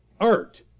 art